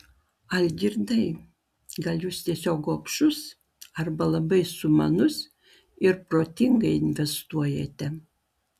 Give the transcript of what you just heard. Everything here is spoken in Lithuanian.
algirdai gal jūs tiesiog gobšus arba labai sumanus ir protingai investuojate